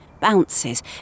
bounces